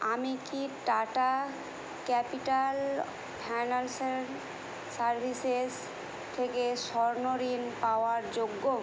আমি কি Tata capital financial services থেকে স্বর্ণ ঋণ পাওয়ার যোগ্য